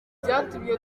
byatumye